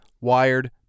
Wired